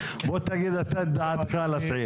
כן, אתה מקבל הודעה על כך שיש לך דואר.